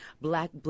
black